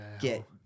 get